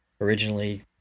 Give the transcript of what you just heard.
Originally